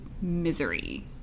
misery